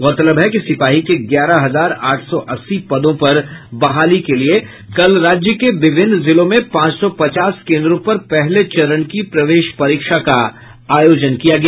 गौरतलब है कि सिपाही के ग्यारह हजार आठ सौ अस्सी पदों पर बहाली के लिए कल राज्य के विभिन्न जिलों में पांच सौ पचास केन्द्रों पर पहले चरण की प्रवेश परीक्षा का आयोजन किया गया